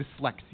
dyslexia